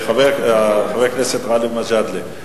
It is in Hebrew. חבר הכנסת מג'אדלה,